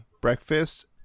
breakfast